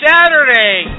Saturday